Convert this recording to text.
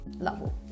level